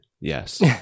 Yes